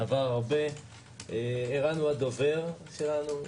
ערן הוא הדובר שלנו,